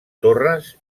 torres